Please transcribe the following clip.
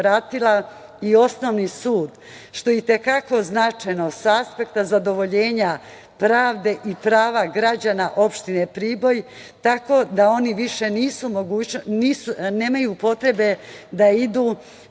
i osnovni sud, što je i te kako značajno sa aspekta zadovoljenja pravde i prava građana Opštine Priboj, tako da oni više nemaju potrebe da idu